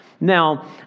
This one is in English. Now